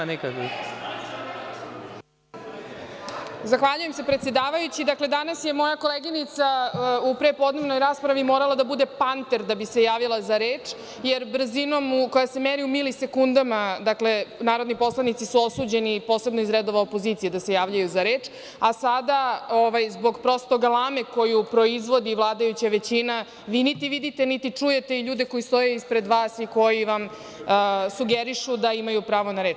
Dame i gospodo narodni poslanici, danas je moja koleginica u prepodnevnoj raspravi morala da bude „panter“ da bi se javila za reč, jer brzina koja se meri u mili sekundama, jer narodni poslanici su osuđeni, posebno iz redova opozicije da se javljaju za reč, a sada zbog galame koju proizvodi vladajuća većina, vi niti vidite, niti čujete ljude koji stoje ispred vas i koji vam sugerišu da imaju pravo na reč.